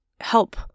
help